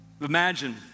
Imagine